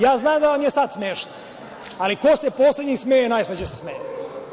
Ja znam da vam je sad smešno, ali ko se poslednji smeje, najslađe se smeje.